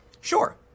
Sure